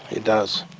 it does.